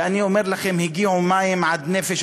ואני אומר לכם: הגיעו מים עד נפש.